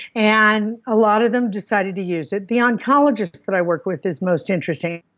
and a lot of them decided to use it. the oncologist that i work with is most interesting.